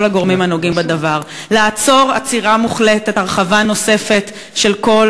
הגורמים הנוגעים בדבר: לעצור עצירה מוחלטת הרחבה נוספת של כל